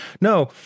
no